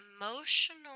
emotional